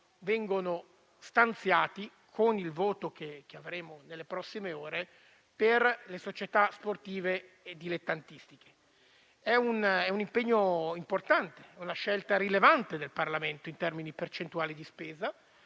vengono stanziati, con il voto che esprimeremo nelle prossime ore, per le società sportive dilettantistiche. Si tratta di un impegno importante e di una scelta rilevante del Parlamento in termini percentuali di spesa.